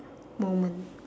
moment